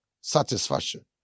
satisfaction